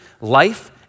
life